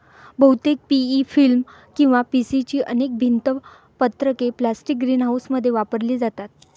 बहुतेक PE film किंवा PC ची अनेक भिंत पत्रके प्लास्टिक ग्रीनहाऊसमध्ये वापरली जातात